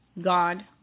God